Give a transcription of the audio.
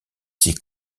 ces